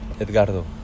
Edgardo